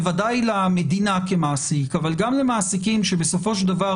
בוודאי למדינה כמעסיק אבל גם למעסיקים שבסופו של דבר